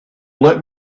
let